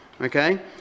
okay